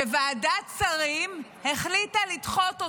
שוועדת שרים החליטה לדחות אותה.